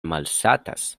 malsatas